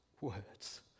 words